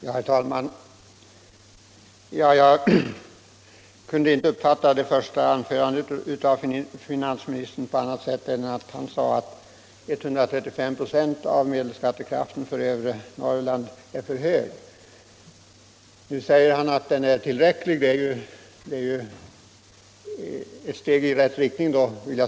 Herr talman! Jag kunde inte uppfatta finansministerns första anförande på annat sätt än att han sade att 135 26 av medelskattekraften för övre Norrland är för högt. Nu förklarar han att det är tillräckligt. Det är en korrigering i rätt riktning.